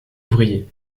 ouvrier